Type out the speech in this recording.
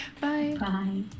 Bye